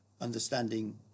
understanding